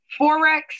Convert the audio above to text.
Forex